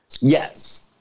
Yes